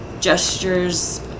gestures